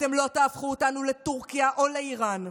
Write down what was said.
אתם לא תהפכו אותנו לטורקיה או לאיראן.